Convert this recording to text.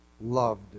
loved